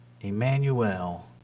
Emmanuel